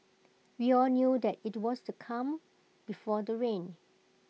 we all knew that IT was the calm before the rain